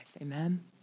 Amen